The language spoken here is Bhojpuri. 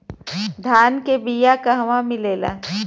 धान के बिया कहवा मिलेला?